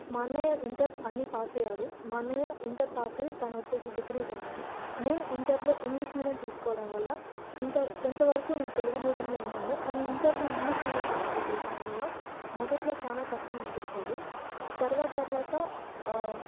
మా అన్నయ్య ఇంటర్ అన్ని పాస్ అయ్యారు మా అన్నయ్య ఇంటర్ పాసై తను వచ్చేసి డిగ్రీ జాయిన్ అయ్యారు నేను ఇంటర్లో ఇంగ్లీష్ మీడియం తీసుకోవడం వల్ల ఇంత టెన్త్ వరకు నేను తెలుగు మీడియంలో ఉన్నాను కాని ఇంటర్లో ఇంగ్లీష్ మీడియం తీసుకోవల్ల వల్ల మొదట్లో చాలా కష్టం అనిపించేది తర్వాత తర్వాత